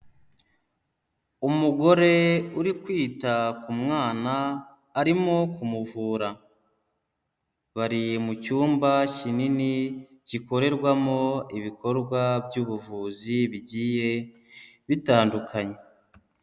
Umugore uri kwita ku mwana arimo kumuvura, bari mu cyumba kinini gikorerwamo ibikorwa by'ubuvuzi bigiye bitandukanye.